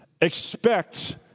expect